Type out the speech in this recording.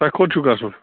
تۄہہِ کوٚت چھُو گَژھُن